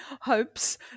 hopes